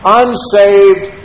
unsaved